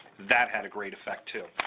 that had a great effect, too.